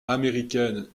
américaine